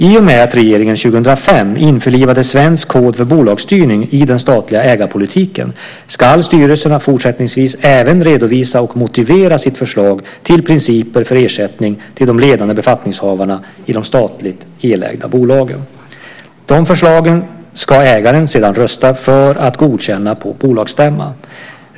I och med att regeringen 2005 införlivade Svensk kod för bolagsstyrning i den statliga ägarpolitiken ska styrelserna fortsättningsvis även redovisa och motivera sitt förslag till principer för ersättning till de ledande befattningshavarna i de statligt helägda bolagen. De förslagen ska ägaren sedan rösta för att godkänna på bolagsstämman.